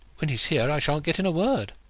when he's here i shan't get in a word.